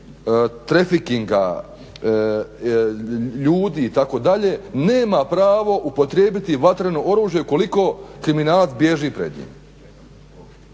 trafficinga ljudi itd. nema pravo upotrijebiti vatreno oružje ukoliko kriminalac bježi pred njim